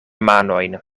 manojn